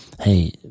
hey